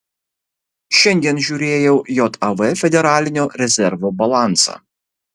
šiandien žiūrėjau jav federalinio rezervo balansą